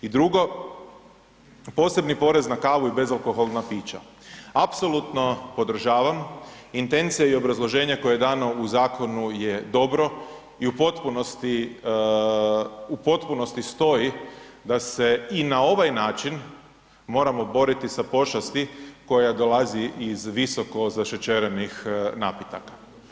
I drugo, posebni porez na kavu i bezalkoholna pića, apsolutno podržavam, intencija i obrazloženja koja je dano u zakonu je dobro i u potpunosti, u potpunosti stoji da se i na ovaj način moramo boriti sa pošasti koja dolazi iz visoko zašećerenih napitaka.